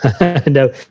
No